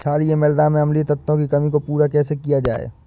क्षारीए मृदा में अम्लीय तत्वों की कमी को पूरा कैसे किया जाए?